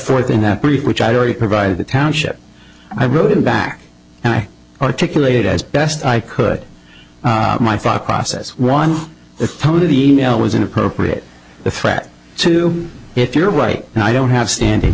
forth in that brief which i'd already provided the township i rode in back and i articulated as best i could my thought process was the time of the email was inappropriate the fact too if you're right and i don't have standing